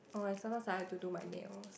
oh I sometimes I like to do my nails